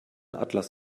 atlas